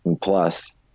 Plus